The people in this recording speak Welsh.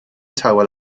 tywel